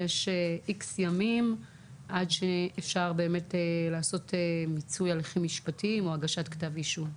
יש X ימים עד שאפשר לעשות מיצוי הליכים משפטיים או הגשת כתב אישום.